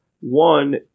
One